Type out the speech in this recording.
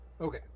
okay